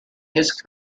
his